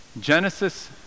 Genesis